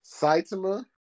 Saitama